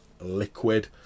liquid